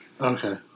Okay